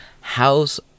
House